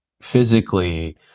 physically